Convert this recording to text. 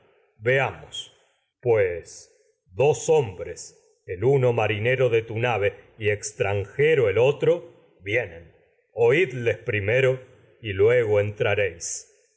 veamos pues esperad dos hombres el uno tragedias de sófocles marinero de tu nave y extranjero el otro vienen oíd les primero y luego